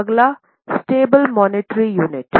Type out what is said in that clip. अगला stable monetary unit है